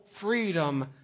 freedom